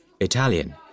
Italian